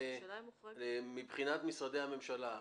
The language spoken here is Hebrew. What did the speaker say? מבחינת משרדי הממשלה,